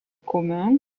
communs